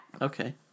Okay